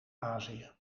azië